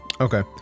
Okay